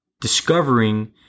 discovering